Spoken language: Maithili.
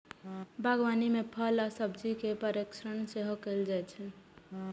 बागवानी मे फल आ सब्जी केर परीरक्षण सेहो कैल जाइ छै